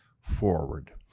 forward